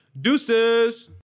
Deuces